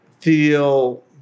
feel